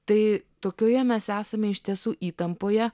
tai tokioj mes esame iš tiesų įtampoje